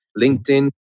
LinkedIn